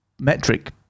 metric